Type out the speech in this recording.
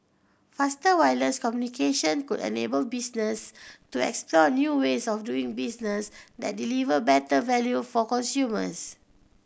faster wireless communication could enable businesses to explore new ways of doing business that deliver better value for consumers